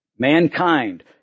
Mankind